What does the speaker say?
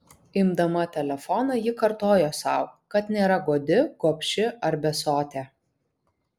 imdama telefoną ji kartojo sau kad nėra godi gobši ar besotė